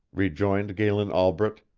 rejoined galen albret,